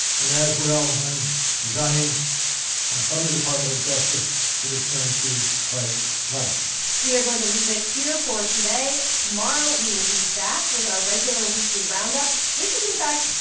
and as well i'm resigning from the department of justice to return to private life we are going to leave it here for today. tomorrow, we will be back with our regular weekly roundup. this is, in fact,